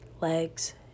legs